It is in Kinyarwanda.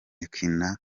kina